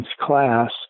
class